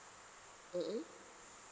mm mm